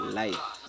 life